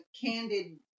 candid